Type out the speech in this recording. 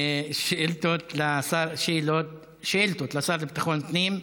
אדוני השר, שאילתות לשר לביטחון פנים.